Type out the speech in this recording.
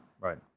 Right